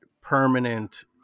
permanent